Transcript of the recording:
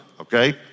okay